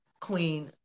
queen